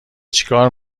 چیکار